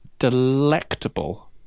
delectable